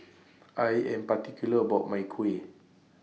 I Am particular about My Kuih